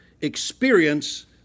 experience